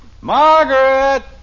Margaret